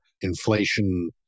inflation